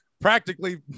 practically